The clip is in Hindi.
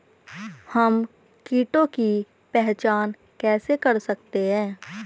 हम कीटों की पहचान कैसे कर सकते हैं?